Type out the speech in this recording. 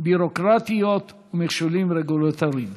ביורוקרטיות ומכשולים רגולטוריים.